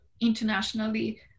internationally